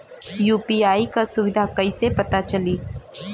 UPI क सुविधा कैसे पता चली?